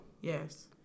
Yes